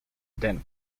then